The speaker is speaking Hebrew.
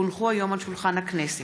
כי הונחו היום על שולחן הכנסת,